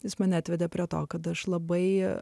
jis mane atvedė prie to kad aš labai